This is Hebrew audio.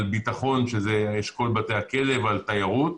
על ביטחון שזה אשכול בתי הכלא ועל תיירות.